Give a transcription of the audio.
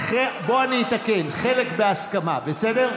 אבל, בוא אני אתקן: חלק בהסכמה, בסדר?